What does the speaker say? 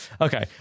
okay